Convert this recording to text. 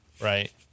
right